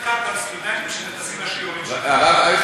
השאלה אם,